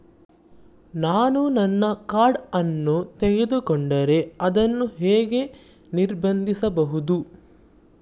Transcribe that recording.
ನಾನು ನನ್ನ ಕಾರ್ಡ್ ಅನ್ನು ಕಳೆದುಕೊಂಡರೆ ಅದನ್ನು ಹೇಗೆ ನಿರ್ಬಂಧಿಸಬಹುದು?